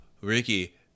Ricky